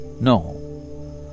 No